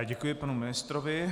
Děkuji panu ministrovi.